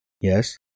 Yes